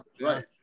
Right